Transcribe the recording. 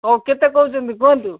ହଉ କେତେ କହୁଛନ୍ତି କୁହନ୍ତୁ